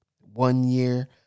one-year